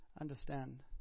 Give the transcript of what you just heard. understand